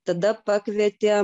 tada pakvietė